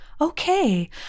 okay